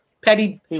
petty